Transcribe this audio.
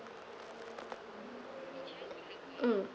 mm